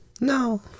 No